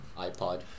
iPod